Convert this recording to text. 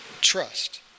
Trust